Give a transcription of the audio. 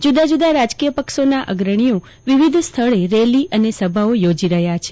જુદાં જુદાં રાજકીય પક્ષોના અગ્રણીઓ વિવિધ સ્થળે રેલી સભાઓ યોજી રહ્યાં છે